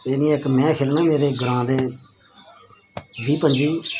एह् निं इक में खेलना मेरे ग्रांऽ दे बीह् पंजी